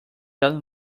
than